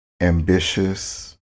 ambitious